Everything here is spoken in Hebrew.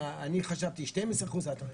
אני חושב שצריך להקדיש לזה זמן דיון.